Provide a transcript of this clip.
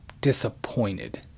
disappointed